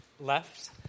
left